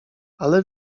ale